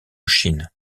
chine